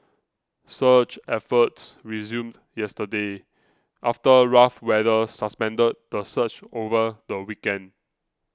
search efforts resumed yesterday after rough weather suspended the search over the weekend